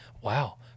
wow